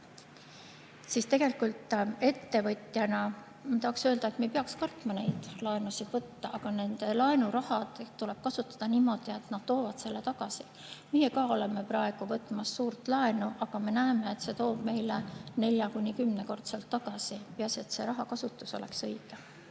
siis tegelikult ettevõtjana tahaksin öelda, et me ei peaks kartma laenusid võtta, aga laenuraha tuleb kasutada niimoodi, et see toob selle raha tagasi. Meie ka oleme praegu võtmas suurt laenu, aga me näeme, et see toob meile nelja- kuni kümnekordselt tagasi. Peaasi, et selle raha kasutus oleks õige.